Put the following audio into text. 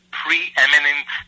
preeminent